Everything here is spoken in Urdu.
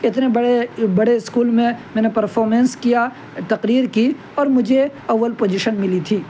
اتنے بڑے بڑے اسکول میں میں نے پرفارمینس کیا تقریر کی اور مجھے اول پوجیشن ملی تھی